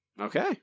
Okay